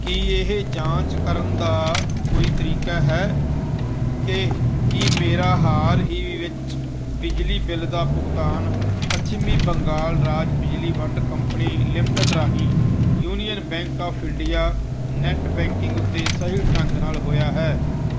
ਕੀ ਇਹ ਜਾਂਚ ਕਰਨ ਦਾ ਕੋਈ ਤਰੀਕਾ ਹੈ ਕਿ ਕੀ ਮੇਰਾ ਹਾਲ ਹੀ ਵਿੱਚ ਬਿਜਲੀ ਬਿੱਲ ਦਾ ਭੁਗਤਾਨ ਪੱਛਮੀ ਬੰਗਾਲ ਰਾਜ ਬਿਜਲੀ ਵੰਡ ਕੰਪਨੀ ਲਿਮਟਿਡ ਰਾਹੀਂ union bank of India net banking ਉੱਤੇ ਸਹੀ ਢੰਗ ਨਾਲ ਹੋਇਆ ਹੈ